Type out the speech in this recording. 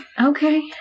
Okay